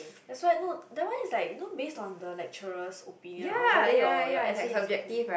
that's why no that one is like you know base on the lecturer's opinion on whether your your essay is good